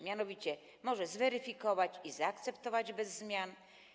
Mianowicie może je zweryfikować i zaakceptować bez zmian.